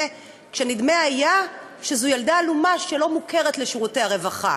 נדמה היה שזו הייתה ילדה עלומה ולא מוכרת לשירותי הרווחה,